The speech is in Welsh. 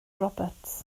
roberts